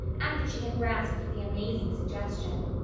after she had grasped the amazing suggestion.